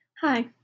Hi